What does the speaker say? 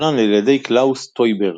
שתוכנן על ידי קלאוס טויבר.